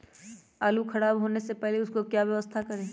आलू खराब होने से पहले हम उसको क्या व्यवस्था करें?